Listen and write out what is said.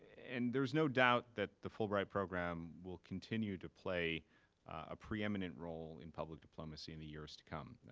and there's no doubt that the fulbright program will continue to play a preeminent role in public diplomacy in the years to come.